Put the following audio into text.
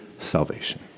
salvation